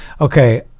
Okay